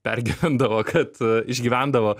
pergyvendavo kad išgyvendavo